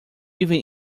even